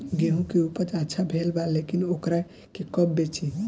गेहूं के उपज अच्छा भेल बा लेकिन वोकरा के कब बेची?